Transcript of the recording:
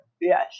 Yes